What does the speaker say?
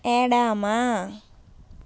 ఎడమ